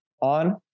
on